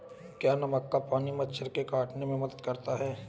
क्या नमक का पानी मच्छर के काटने में मदद करता है?